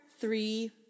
three